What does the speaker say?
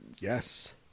Yes